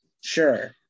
sure